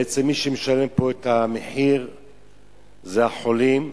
בעצם מי שמשלם פה את המחיר זה החולים,